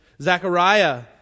Zechariah